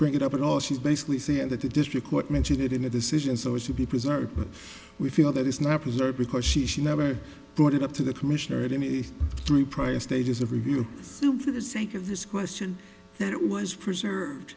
bring it up at all she's basically said that the district court mentioned it in the decision so it should be preserved but we feel that it's not preserved because she she never brought it up to the commissioner at any three prior stages of review through for the sake of this question that it was preserved